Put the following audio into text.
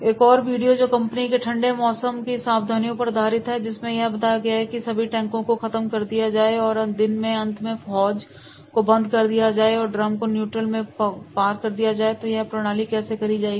एक और वीडियो जो कंपनी के ठंडे मौसम की सावधानियों पर आधारित है जिसमें यह बताया गया कि सभी टैंकों को खत्म कर दिया जाए और दिन के अंत में हौज को बंद कर दिया जाए और ड्रम को न्यूट्रल में पार कर दिया जाए तो यह प्रणाली कैसे करी जाएगी